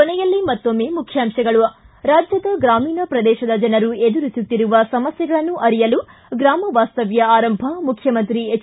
ಕೊನೆಯಲ್ಲಿ ಮತ್ತೊಮ್ನೆ ಮುಖ್ಯಾಂಶಗಳು ಿ ರಾಜ್ಯದ ಗ್ರಾಮೀಣ ಪ್ರದೇಶದ ಜನರು ಎದುರಿಸುತ್ತಿರುವ ಸಮಸ್ಕೆಗಳನ್ನು ಅರಿಯಲು ಗ್ರಾಮ ವಾಸ್ತವ್ಯ ಆರಂಭ ಮುಖ್ಚಿಮಂತ್ರಿ ಎಚ್